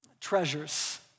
treasures